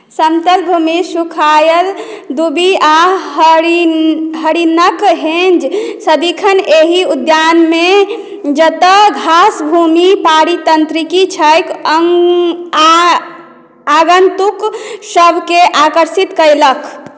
समतल भूमि सुखायल दूबि आ हरिनक हेँज सदिखन एहि उद्यानमे जतय घासभूमि पारीतन्त्रिकी छैक आगन्तुकसभकेँ आकर्षित कयलक